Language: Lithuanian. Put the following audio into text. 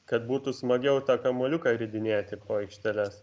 kad būtų smagiau tą kamuoliuką ridinėti po aikšteles